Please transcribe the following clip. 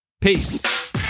Peace